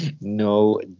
No